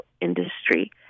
industry